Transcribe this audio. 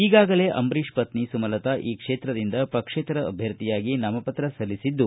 ಈಗಾಗಲೇ ಅಂಬರೀಷ ಪತ್ನಿ ಸುಮಲತಾ ಈ ಕ್ಷೇತ್ರದಿಂದ ಪಕ್ಷೇತರ ಅಭ್ಯರ್ಥಿಯಾಗಿ ನಾಮಪತ್ರ ಸಲ್ಲಿಸಿದ್ದು